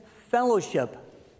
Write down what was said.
fellowship